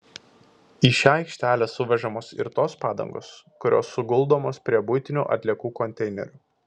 į šią aikštelę suvežamos ir tos padangos kurios suguldomos prie buitinių atliekų konteinerių